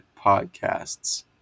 podcasts